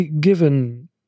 given